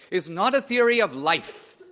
is not a theory of life.